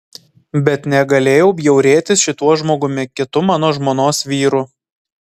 bet negalėjau bjaurėtis šituo žmogumi kitu mano žmonos vyru